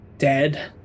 Dead